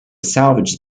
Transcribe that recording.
salvage